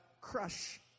crush